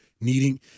needing